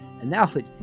analogy